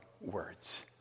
words